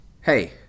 Hey